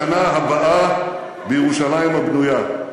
לשנה הבאה בירושלים הבנויה.